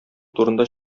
турында